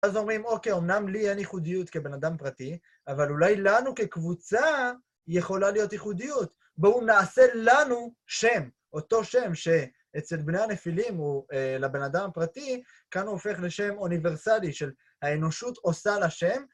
אז אומרים, אוקיי, אמנם לי אין ייחודיות כבן אדם פרטי, אבל אולי לנו, כקבוצה, יכולה להיות ייחודיות. בואו נעשה לנו שם, אותו שם שאצל בני הנפילים הוא לבן אדם פרטי, כאן הוא הופך לשם אוניברסלי, שהאנושות עושה לשם.